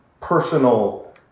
personal